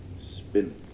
spin